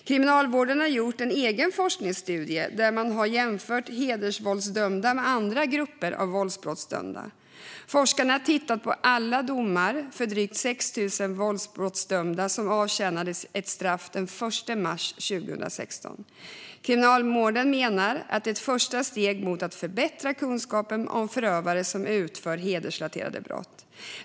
Kriminalvården har gjort en egen forskningsstudie där man jämfört hedersvåldsdömda med andra grupper av våldsbrottsdömda. Forskarna har tittat på alla domar för drygt 6 000 våldsbrottsdömda som avtjänade ett straff den 1 mars 2016. Kriminalvården menar att detta är ett första steg mot att förbättra kunskapen om förövare som utför hedersrelaterade brott.